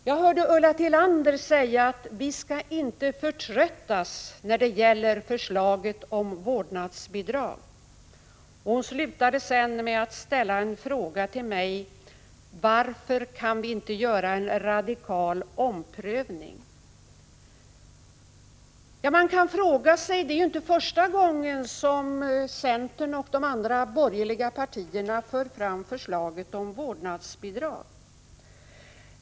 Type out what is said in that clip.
Jag hörde Ulla Tillander säga att centern inte skall förtröttas när det gäller förslaget om vårdnadsbidrag. Hon slutade med att ställa en fråga till mig: Varför kan ni inte göra en radikal omprövning? Det är inte första gången som centern och de andra borgerliga partierna för fram förslaget om vårdnadsbidrag.